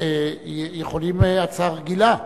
שיכולים להעלות הצעה רגילה.